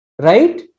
right